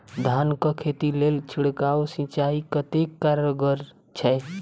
धान कऽ खेती लेल छिड़काव सिंचाई कतेक कारगर छै?